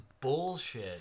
bullshit